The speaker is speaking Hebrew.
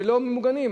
שלא ממוגנים.